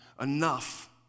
enough